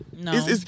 No